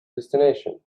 destination